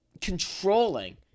controlling